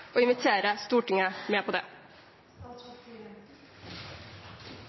og invitere Stortinget med på det.